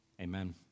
amen